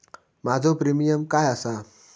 माझो प्रीमियम काय आसा?